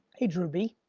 hey, drew b.